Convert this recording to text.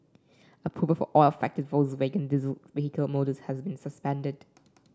approval for all affected Volkswagen diesel vehicle models has been suspended